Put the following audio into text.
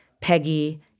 Peggy